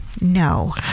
No